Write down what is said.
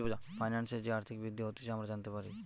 ফাইন্যান্সের যে আর্থিক বৃদ্ধি হতিছে আমরা জানতে পারি